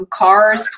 cars